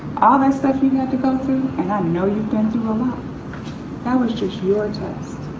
all that stuff you had to go through and i know you've been through a lot, that was just your test.